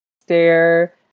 Stare